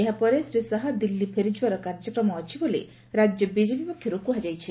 ଏହା ପରେ ଦିଲ୍ଲୀ ଫେରିଯିବାର କାର୍ଯ୍ୟକ୍ରମ ରହିଛି ବୋଲି ରାକ୍ୟ ବିଜେପି ପକ୍ଷରୁ କୁହାଯାଇଛି